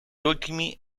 ultimi